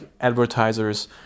advertisers